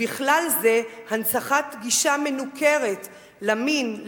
ובכלל זה הנצחת גישה מנוכרת למין,